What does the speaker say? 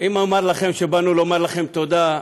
אם אומר לכם שבאנו לומר לכם תודה,